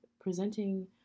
presenting